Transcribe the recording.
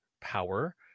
power